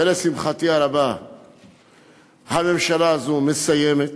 ולשמחתי הרבה הממשלה הזאת מסיימת,